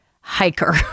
hiker